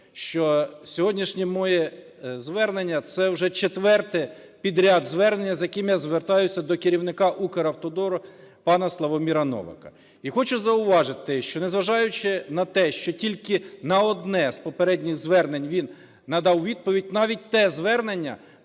що сьогоднішнє моє звернення – це вже четверте підряд звернення, з яким я звертаюся до керівника Укравтодору пана Славоміра Новака. І хочу зауважити, що, незважаючи на те, що тільки на одне з попередніх звернень він надав відповідь, навіть те звернення